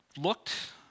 looked